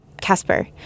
Casper